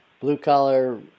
blue-collar